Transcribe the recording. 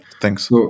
Thanks